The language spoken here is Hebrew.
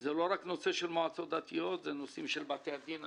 זה לא רק נושא של מועצות דתיות אלא גם של בתי הדין.